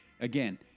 Again